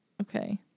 Okay